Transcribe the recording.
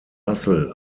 russell